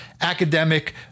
academic